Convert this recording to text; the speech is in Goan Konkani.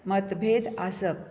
मतभेद आसप